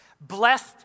blessed